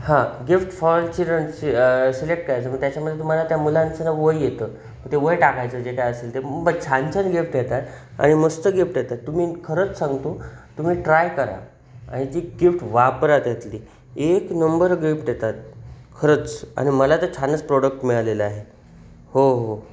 हां gift for चिड्रनची select करायचं मग त्याच्यामध्ये तुम्हाला त्या मुलांचं ना वय येतं मग ते वय टाकायचं जे काय असेल ते छान छान गिफ्ट येतात आणि मस्त गिफ्ट येतात तुम्ही खरंच सांगतो तुम्ही ट्राय करा आणि ती गिफ्ट वापरा त्यातली एक नंबर गिफ्ट येतात खरंच आणि मला तर छानच प्रोडक्ट मिळालेलं आहे हो हो